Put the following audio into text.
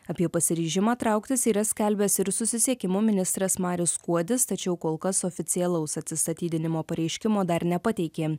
apie pasiryžimą trauktis yra skelbęs ir susisiekimo ministras marius skuodis tačiau kol kas oficialaus atsistatydinimo pareiškimo dar nepateikė